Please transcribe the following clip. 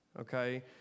okay